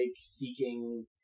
seeking